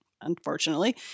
unfortunately